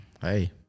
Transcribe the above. Hey